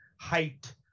height